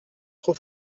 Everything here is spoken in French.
trop